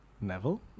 Neville